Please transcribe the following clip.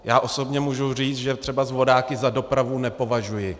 Já osobně můžu říct, že třeba vodáky za dopravu nepovažuji.